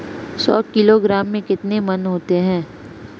सौ किलोग्राम में कितने मण होते हैं?